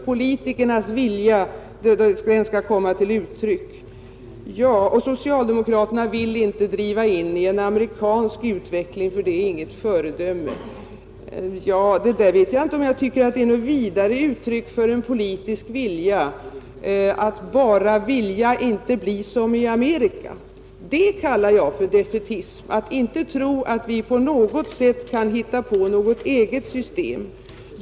Politikernas vilja skall komma till uttryck, och socialdemokraterna vill inte driva in i en amerikansk utveckling, ty den är inget föredöme. Ja, jag tycker inte att det är något vidare bra uttryck för en politisk vilja att bara önska att det inte skall bli som i Amerika. Jag kallar det för defaitism att tro att vi inte kan hitta på ett eget system.